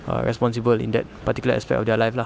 err responsible in that particular aspect of their live lah